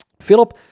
philip